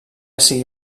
sigui